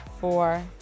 four